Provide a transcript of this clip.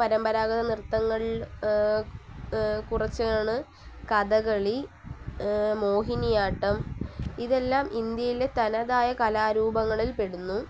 പരമ്പരാഗത നൃത്തങ്ങൾ കുറച്ചാണ് കഥകളി മോഹിനിയാട്ടം ഇതെല്ലാം ഇന്ത്യയിലെ തനതായ കലാരൂപങ്ങളിൽപ്പെടുന്നു